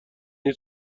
این